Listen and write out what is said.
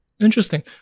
interesting